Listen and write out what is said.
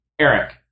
Eric